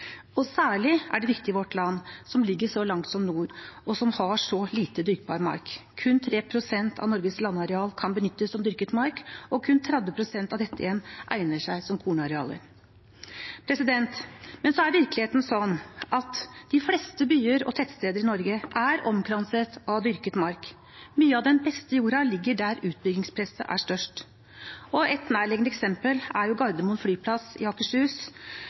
det. Særlig er det viktig i vårt land, som ligger så langt mot nord, og som har så lite dyrkbar mark. Kun 3 pst. av Norges landareal kan benyttes som dyrket mark, og kun 30 pst. av dette igjen egner seg som kornarealer. Men så er virkeligheten slik at de fleste byer og tettsteder i Norge er omkranset av dyrket mark. Mye av den beste jorda ligger der utbyggingspresset er størst. Et nærliggende eksempel er Gardermoen, flyplassen i Akershus